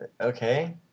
Okay